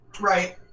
Right